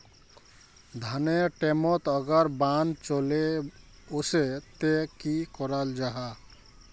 धानेर टैमोत अगर बान चले वसे ते की कराल जहा?